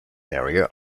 area